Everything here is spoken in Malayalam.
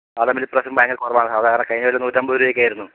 സാധാരണ ഇപ്രാവശ്യം ഭയങ്കര കുറവാണ് അതാണ് കഴിഞ്ഞേന നൂറ്റമ്പതുരൂപയൊക്കെ ആയിരുന്നു